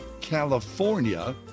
California